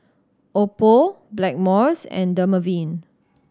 Oppo Blackmores and Dermaveen